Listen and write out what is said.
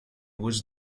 was